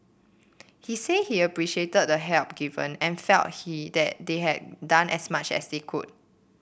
he say he appreciated the help given and felt he that they had done as much as they could